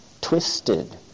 twisted